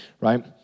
right